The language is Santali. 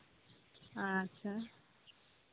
ᱟᱪᱪᱷᱟ